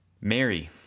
Mary